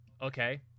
Okay